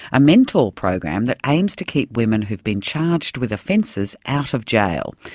a mentor program that aims to keep women who've been charged with offences out of jail.